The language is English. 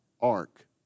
ark